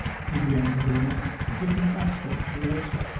he began to wear a different aspect towards her.